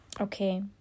Okay